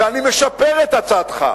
ואני משפר את הצעתך.